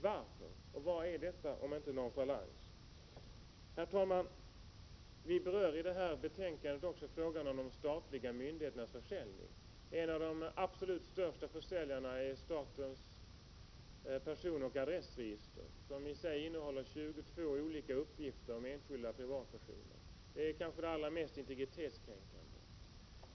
Varför är det så? Vad är detta, om inte nonchalans? Herr talman! Vi berör i detta betänkande också frågan om de statliga myndigheternas försäljning av uppgifter. En av de absolut största försäljarna är statens personoch adressregister, som innehåller 22 olika uppgifter om enskilda privatpersoner. Det är kanske det allra mest integritetskränkande.